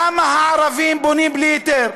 למה הערבים בונים בלי היתר,